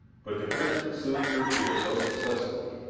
but the prince soothed her fears so successfully,